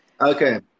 Okay